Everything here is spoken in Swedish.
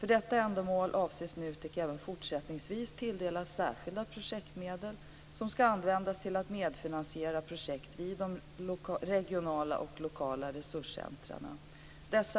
För detta ändamål avses NUTEK även fortsättningsvis tilldelas särskilda projektmedel, som ska användas till att medfinansiera projekt vid regionala och lokala resurscentrum.